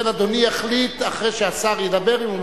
לכן אדוני יחליט אחרי שהשר ידבר אם הוא